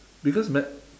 because ma~